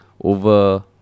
over